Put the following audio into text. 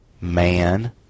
Man